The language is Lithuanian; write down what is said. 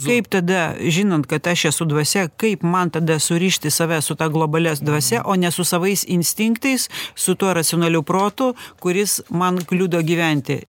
kaip tada žinant kad aš esu dvasia kaip man tada surišti save su ta globalia dvasia o ne su savais instinktais su tuo racionaliu protu kuris man kliudo gyventi